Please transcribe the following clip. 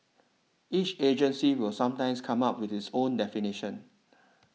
each agency will sometimes come up with its own definition